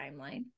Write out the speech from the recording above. timeline